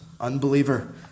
Unbeliever